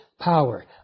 power